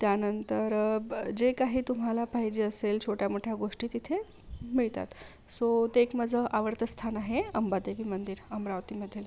त्यानंतर जे काही तुम्हाला पाहिजे असेल छोट्यामोठ्या गोष्टी तिथे मिळतात सो ते एक माझं आवडतं स्थान आहे अंबादेवी मंदिर अमरावतीमध्ये